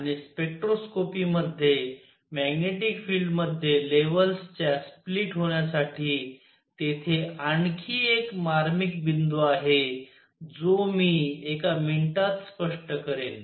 आणि स्पेक्ट्रोस्कोपीमध्ये magnetic field मध्ये लेव्हल्स च्या स्प्लिट होण्यासाठी तेथे आणखी एक मार्मिक बिंदू आहे जो मी एका मिनिटात स्पष्ट करेन